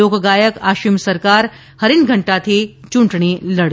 લોક ગાયક આશિમ સરકાર હરીન્ઘટાથી ચૂંટણી લડશે